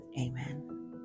amen